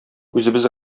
үзебез